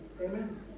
Amen